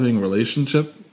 relationship